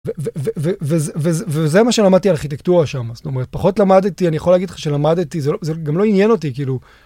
וזה מה שלמדתי ארכיטקטורה שם זאת אומרת פחות למדתי אני יכול להגיד לך שלמדתי זה גם לא עניין אותי כאילו.